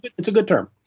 it's a good term.